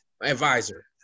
advisor